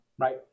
right